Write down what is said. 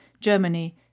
Germany